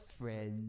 friends